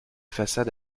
façades